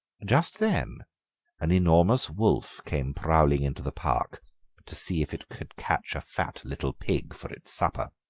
just then an enormous wolf came prowling into the park to see if it could catch a fat little pig for its supper.